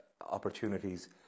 opportunities